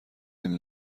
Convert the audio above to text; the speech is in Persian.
این